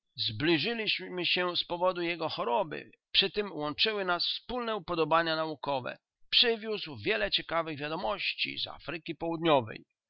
zbliżyliśmy się z powodu jego choroby przytem łączyły nas wspólne upodobania naukowe przywiózł wiele ciekawych wiadomości z afryki południowej